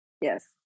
Yes